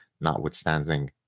notwithstanding